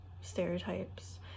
stereotypes